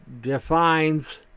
defines